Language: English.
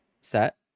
set